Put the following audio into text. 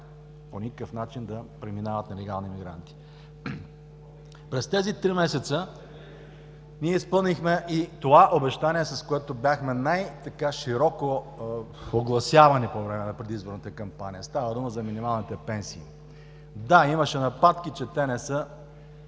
по никакъв начин да преминават нелегални имигранти. През тези три месеца ние изпълнихме и това обещание, с което бяхме най-широко огласявани по време на предизборната кампания – става дума за минималните пенсии. Да, имаше нападки, че те не са